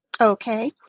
Okay